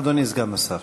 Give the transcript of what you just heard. אדוני סגן השר.